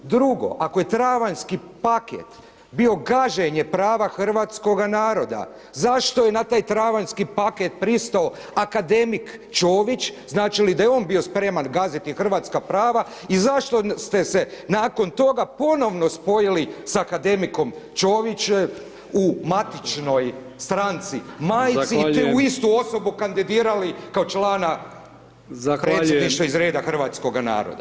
Drugi ako je travanjski paket bio gaženje prava hrvatskoga naroda, zašto je na taj travanjski paket pristao akademik Čović, znači li to da je on bio spreman gaziti hrvatska prava i zašto ste se nakon toga ponovno spojili sa akademikom Čovićem u matičnoj stranci majci, tu istu osobu kandidirali kao člana predsjedništva iz reda Hrvatskoga naroda.